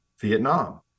vietnam